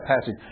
passage